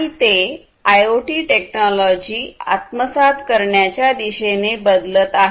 आणि ते IoT technology आत्मसात करण्याच्या दिशेने बदलत आहेत